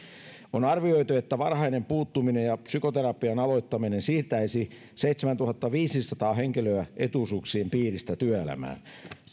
on arvioitu että varhainen puuttuminen ja psykoterapian aloittaminen siirtäisi seitsemäntuhattaviisisataa henkilöä etuisuuksien piiristä työelämään